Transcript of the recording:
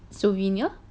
souvenir